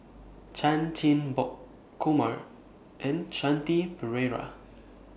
Chan Chin Bock Kumar and Shanti Pereira